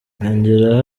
yongeraho